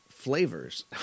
Flavors